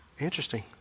Interesting